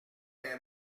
des